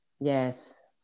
Yes